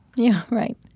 yeah, right.